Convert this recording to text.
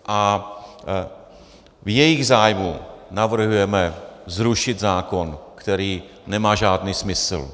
A v jejich zájmu navrhujeme zrušit zákon, který nemá žádný smysl.